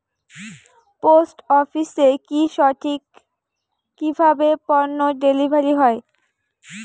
Post অফিসে কি সঠিক কিভাবে পন্য ডেলিভারি হয়?